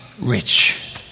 rich